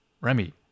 Remy